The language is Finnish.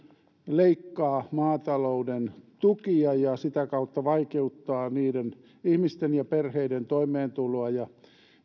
leikkaa maatalouden tukia ja sitä kautta vaikeuttaa niiden ihmisten ja perheiden toimeentuloa ja